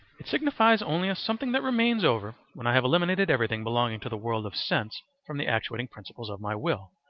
it signifies only a something that remains over when i have eliminated everything belonging to the world of sense from the actuating principles of my will,